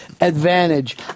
advantage